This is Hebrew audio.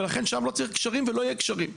ולכן שם לא צריך גשרים ולא יהיו גשרים.